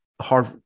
hard